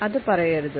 അത് പറയരുത്